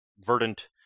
verdant